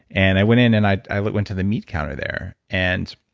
and i went in and i i went to the meat counter there, and